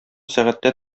сәгатьтә